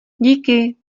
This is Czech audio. díky